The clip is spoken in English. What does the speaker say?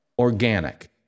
Organic